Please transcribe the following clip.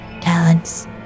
talents